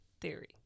Theory